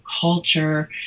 culture